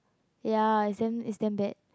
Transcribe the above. ya it's damn it's damn bad